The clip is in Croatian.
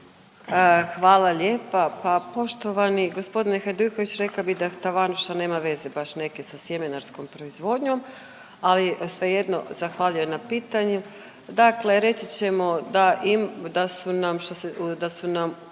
Hvala lijepa. Pa poštovani gospodine Hajduković rekla bih da tavanuša nema veze baš neke sa sjemenarskom proizvodnjom, ali svejedno zahvaljujem na pitanju. Dakle, reći ćemo da su nam proizvodi,